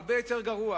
הרבה יותר גרוע.